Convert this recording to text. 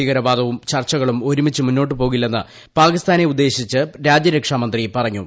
ഭീകരവാദവും ചർച്ചകളും ഒരുമിച്ച് മുന്നോട്ട് പോകില്ലെന്ന് പാകിസ്ഥാനെ ഉദ്ദേശിച്ച് രാജ്യരക്ഷാമന്ത്രി പറഞ്ഞു